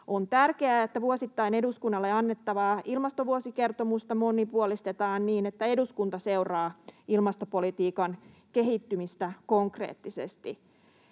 On tärkeää, että vuosittain eduskunnalle annettavaa ilmastovuosikertomusta monipuolistetaan niin, että eduskunta seuraa ilmastopolitiikan kehittymistä konkreettisesti.